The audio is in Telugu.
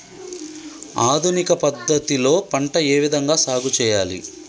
ఆధునిక పద్ధతి లో పంట ఏ విధంగా సాగు చేయాలి?